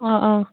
ꯑꯥ ꯑ